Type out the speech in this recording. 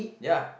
ya